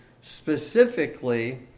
specifically